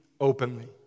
openly